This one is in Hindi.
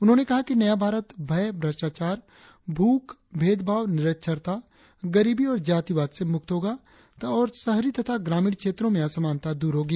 उन्होंने कहा कि नया भारत भय भ्रष्टाचार भूख भेदभाव निरक्षरता गरीबी और जातिवाद से मुक्त होगा और शहरी तथा ग्रामीण क्षेत्रों में असमानता दूर होगी